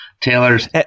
Taylor's